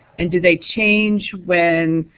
and do they change when